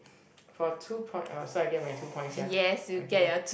for two points oh so I'll get my two points ya okay